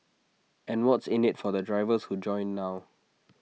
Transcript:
and what's in IT for the drivers who join now